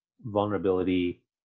vulnerability